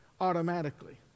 automatically